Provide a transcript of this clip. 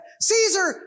Caesar